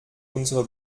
unsere